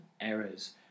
errors